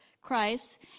Christ